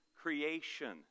creation